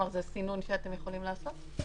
זה סינון שאתם יכולים לעשות?